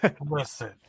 Listen